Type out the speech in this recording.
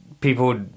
people